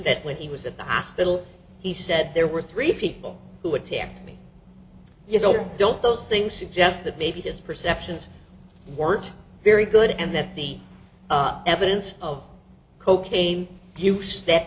that when he was at the hospital he said there were three people who attacked me you know don't those things suggest that maybe his perceptions weren't very good and that the evidence of cocaine use that